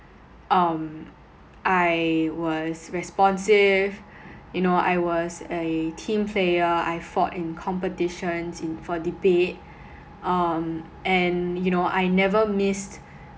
um I was responsive you know I was a team player I fought in competitions in for debate um and you know I never missed